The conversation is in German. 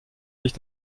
sich